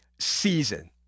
season